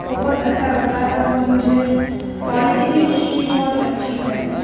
بہت اچھا لگتا ہے وہ مجھے کوالیٹی بھی اس کی بہت اچھی ہے